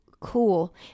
Cool